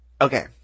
Okay